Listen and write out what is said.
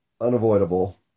unavoidable